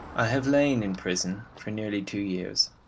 i have lain in prison for nearly two years.